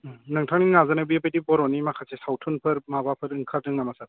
नोंथांनि नाजानायाव बेबायदि बर'नि माखासे सावथुनफोर माबाफोर ओंखारदों नामा सार